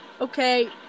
Okay